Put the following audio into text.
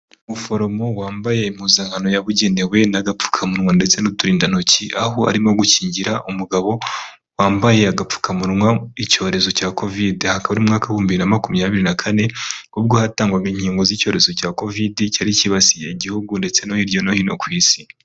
Umuforomo wambaye impuzankano yabugenewe n'agapfukamunwa ndetse n'uturindantoki, aho arimo gukingira umugabo wambaye agapfukamunwa icyorezo cya Covid hakaba ari mu mwaka wihumbi bibiri na makumyabiri na kane ubwo hatangwaga inkingo z'icyorezo cya covid cyari kibasiye igihugu ndetse no hirya no hino ku Isi.